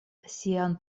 sian